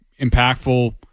Impactful